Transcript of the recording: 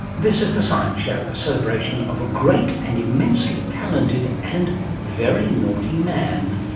this is the science show, a celebration of a great, and immensely talented and very naughty man.